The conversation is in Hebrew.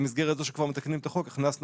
במסגרת זה שכבר מתקנים את החוק הכנסנו